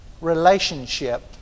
relationship